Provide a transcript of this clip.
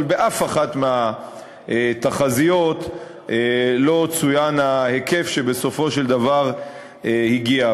אבל באף אחת מהתחזיות לא צוין ההיקף שבסופו של דבר הגיע.